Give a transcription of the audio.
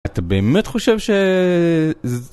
אתה באמת חושב שז...